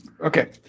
Okay